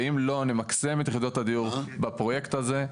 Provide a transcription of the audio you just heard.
ואם לא נמקסם את יחידות הדיור בפרויקט הזה,